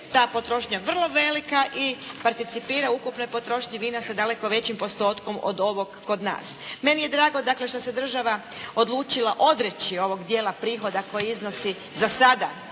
ta potrošnja vrlo velika i participira ukupne potrošnje vina sa daleko većim postotkom od ovog kod nas. Meni je drago dakle što se država odlučila odreći ovog dijela prihoda koji iznosi za sada